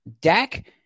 Dak